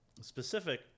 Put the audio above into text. specific